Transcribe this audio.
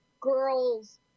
girls